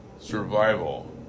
survival